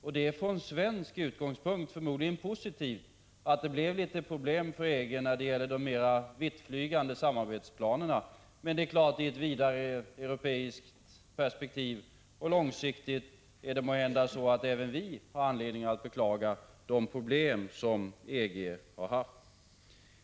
Från svensk utgångspunkt är det förmodligen positivt att det blev litet problem för EG när det gällde de mer vittflygande samarbetsplanerna. Men i ett vidare europeiskt perspektiv och ett långsiktigt perspektiv är det måhända så att även vi har anledning att beklaga de problem som EG haft.